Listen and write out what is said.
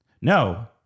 No